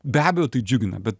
be abejo tai džiugina bet